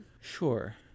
Sure